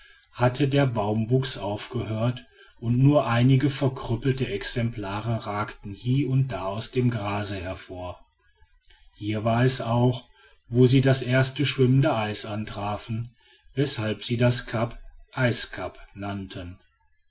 hatte der baumwuchs aufgehört und nur einige verkrüppelte exemplare ragten hie und da aus dem grase hervor hier war es auch wo sie das erste schwimmende eis antrafen weshalb sie das kap eiskap nannten